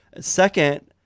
Second